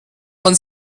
man